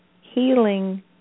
healing